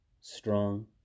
strong